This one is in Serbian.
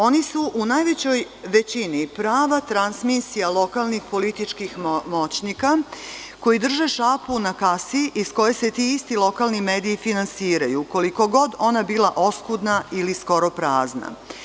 Oni su u najvećoj većini prava transmisija lokalnih političkih moćnika koji drže šapu na kasi iz koje se ti isti lokalni mediji finansiraju, koliko god ona oskudna i skoro prazna.